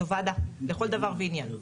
זאת ועדה לכל דבר ועניין,